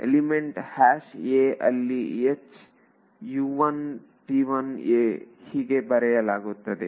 element a ಅಲ್ಲಿ H ಹೀಗೆ ಬರೆಯಲಾಗುತ್ತದೆ